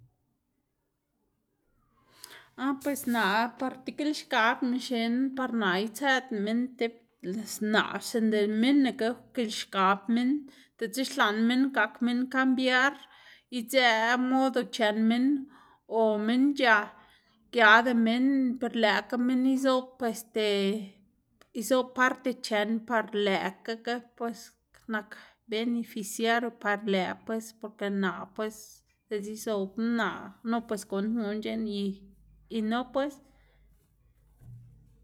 ah pues naꞌ par degilxkabná xnená par naꞌ itsëꞌdná minn tib, naꞌ sinda minnaga, xkilxkab minn diꞌtse xlaꞌn minn gak minn cambiar idzëꞌ modo c̲h̲ën minn o minn c̲h̲a giada minn per lëꞌka minn izoꞌb este izob parte c̲h̲ën par lëꞌkaga pues nak beneficiado par lëꞌ pues porque naꞌ pues diꞌtse izobná naꞌ no pues gunndná guꞌn c̲h̲eꞌn y y no pues.